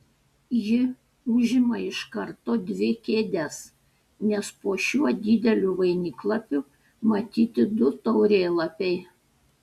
ji užima iš karto dvi kėdes nes po šiuo dideliu vainiklapiu matyti du taurėlapiai